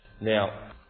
Now